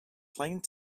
playing